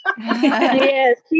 yes